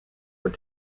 were